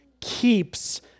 keeps